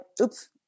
oops